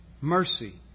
Mercy